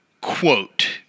quote